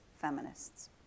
feminists